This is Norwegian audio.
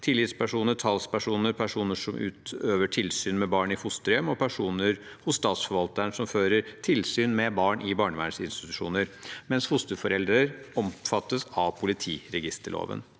tillitspersoner, talspersoner, personer som utøver tilsyn med barn i fosterhjem, og personer hos statsforvalteren som fører tilsyn med barn i barnevernsinstitusjoner. Fosterforeldre omfattes av politiregisterloven.